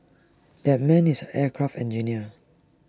that man is an aircraft engineer